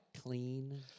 clean